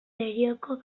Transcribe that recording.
derioko